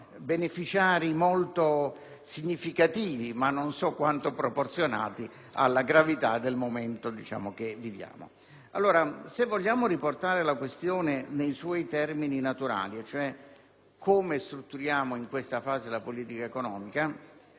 beneficiari molto significativi, ma non so quanto proporzionati alla gravità del momento che si sta vivendo. Se vogliamo riportare la questione nei suoi termini naturali - e cioè come strutturiamo in questa fase la politica economica